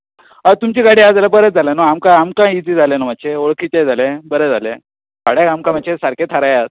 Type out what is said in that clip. हय तुमची गाडी आहा जाल्यार बरें जालें न्हू आमकांय इझी जालें न्हू मातशें वळखीचेंय जालें बरें जालें भाडें आमकां मातशें सारकें थारायात